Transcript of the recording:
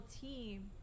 team